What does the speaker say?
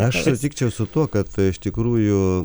aš sutikčiau su tuo kad iš tikrųjų